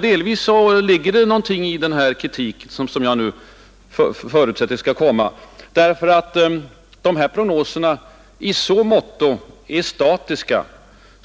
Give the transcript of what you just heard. Delvis ligger det någonting i den kritik som jag nu förutsätter skall framföras, därför att prognoserna i så måtto är statiska